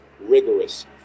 rigorous